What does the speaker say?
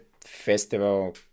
festival